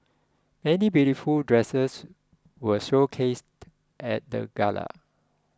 many beautiful dresses were showcased at the gala